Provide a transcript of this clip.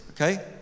okay